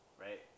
right